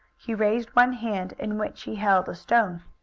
he raised one hand in which he held a stone.